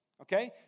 Okay